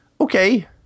Okay